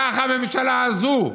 כך הממשלה הזו,